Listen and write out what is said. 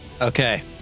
Okay